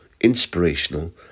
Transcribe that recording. inspirational